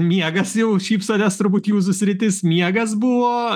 miegas jau šypsotės turbūt jūsų sritis miegas buvo